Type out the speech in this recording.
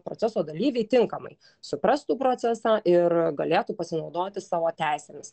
proceso dalyviai tinkamai suprastų procesą ir galėtų pasinaudoti savo teisėmis